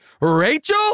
Rachel